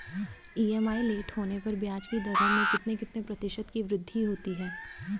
EMI late होने पर ब्याज की दरों में कितने कितने प्रतिशत की वृद्धि होती है?